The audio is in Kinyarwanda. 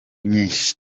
myinshi